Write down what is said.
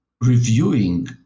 reviewing